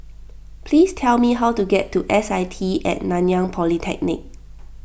please tell me how to get to S I T at Nanyang Polytechnic